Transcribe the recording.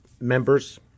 members